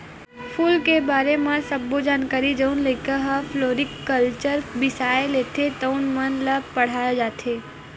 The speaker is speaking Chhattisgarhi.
फूल के बारे म सब्बो जानकारी जउन लइका ह फ्लोरिकलचर बिसय लेथे तउन मन ल पड़हाय जाथे